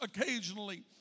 occasionally